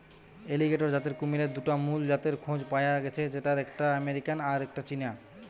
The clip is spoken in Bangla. অ্যালিগেটর জাতের কুমিরের দুটা মুল জাতের খোঁজ পায়া গ্যাছে যেটার একটা আমেরিকান আর একটা চীনা